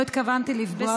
לא התכוונתי לפגוע בך.